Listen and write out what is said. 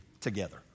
together